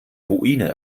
ruine